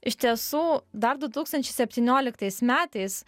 iš tiesų dar du tūkstančiai septynioliktais metais